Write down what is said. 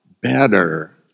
better